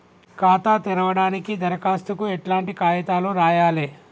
ఖాతా తెరవడానికి దరఖాస్తుకు ఎట్లాంటి కాయితాలు రాయాలే?